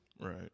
Right